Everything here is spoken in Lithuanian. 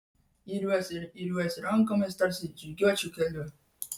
iriuosi ir iriuosi rankomis tarsi žygiuočiau keliu